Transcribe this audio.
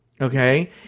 Okay